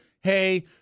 hey